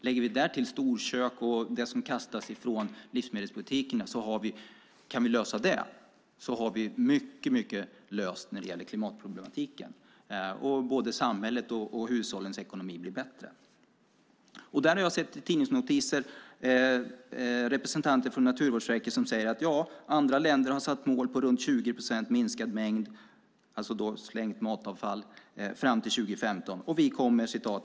Om vi till det lägger storkök och det som kastas från livsmedelsbutiker och kan lösa det, då har vi mycket löst när det gäller klimatproblematiken, och både samhällets och hushållens ekonomi blir bättre. Jag har sett en tidningsnotis om att representanter från Naturvårdsverket har sagt: "Andra länder har satt mål på runt 20 procent minskad mängd" - det gäller slängt matavfall - "fram till 2015.